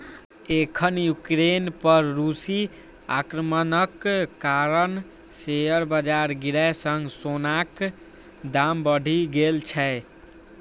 एखन यूक्रेन पर रूसी आक्रमणक कारण शेयर बाजार गिरै सं सोनाक दाम बढ़ि गेल छै